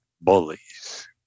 bullies